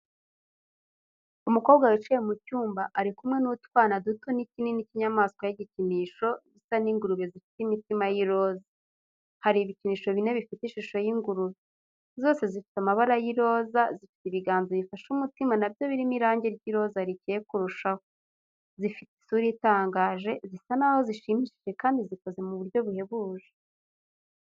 Umukobwa wicaye mu cyumba ari kumwe na utwuma duto n’ikinini cy’inyamaswa y’igikinisho zisa n’ingurube zifite imitima y’iroza. Hari ibikinisho bine bifite ishusho y’ingurube. Zose zifite amabara y’iroza, zifite ibiganza bifashe umutima na byo birimo irangi ry’iroza rikeye kurushaho. Zifite isura itangaje, zisa n'aho zishimishije kandi zikoze mu buryo buhebuje.